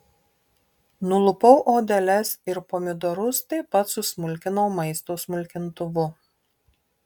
nulupau odeles ir pomidorus taip pat susmulkinau maisto smulkintuvu